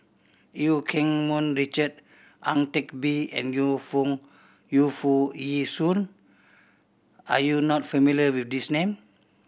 Eu Keng Mun Richard Ang Teck Bee and Yu Feng Yu Foo Yee Shoon are you not familiar with these name